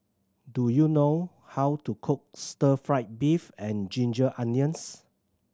do you know how to cook stir fried beef and ginger onions